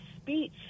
speech